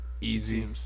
easy